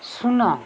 ᱥᱩᱱᱚ